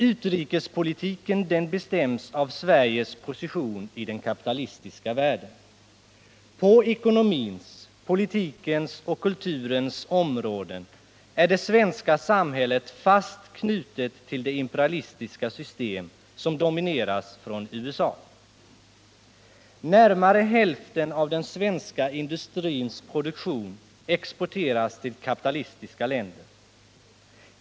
Utrikespolitiken bestäms av Sveriges position i den kapitalistiska världen. På ekonomins, politikens och kulturens områden är det svenska samhället fast knutet till det imperialistiska system som domineras från USA. Närmare hälften av den svenska industrins produktion exporteras till kapitalistiska länder.